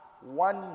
one